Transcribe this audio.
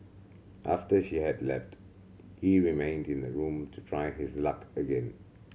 after she had left he remained in the room to try his luck again